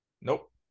Nope